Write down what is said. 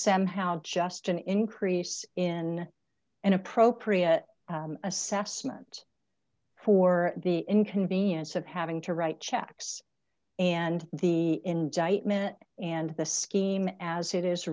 sam how just an increase in an appropriate assessment for the inconvenience of having to write checks and the indictment and the scheme as it is